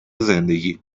زندگی